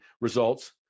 results